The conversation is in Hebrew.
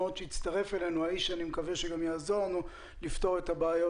הצטרף אלינו האיש שאני מקווה שגם יעזור לנו לפתור את הבעיות,